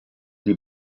die